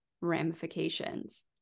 ramifications